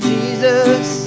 Jesus